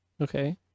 Okay